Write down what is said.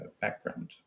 background